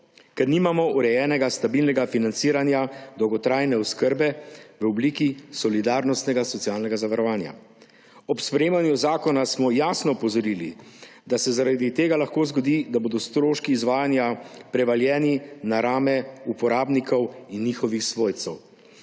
ker nimamo urejenega stabilnega financiranja dolgotrajne oskrbe v obliki solidarnostnega socialnega zavarovanja. Ob sprejemanju zakona smo jasno opozorili, da se zaradi tega lahko zgodi, da bodo stroški izvajanja prevaljeni na rame uporabnikov in njihovih svojcev.